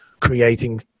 creating